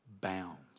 bounds